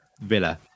Villa